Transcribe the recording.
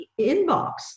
inbox